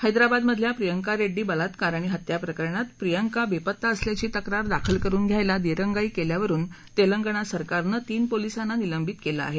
हैद्राबाद्मधल्या प्रियंका रेड्डी बलात्कार आणि हत्या प्रकरणात प्रियांका बेपत्ता असल्याची तक्रार दाखल करून घ्यायला दिरंगाई केल्यावरून तेलंगणा सरकारनं तीन पोलीसांना निलंबित केलं आहे